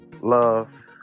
love